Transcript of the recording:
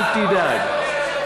אל תדאג.